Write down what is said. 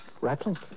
Rattling